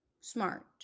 smart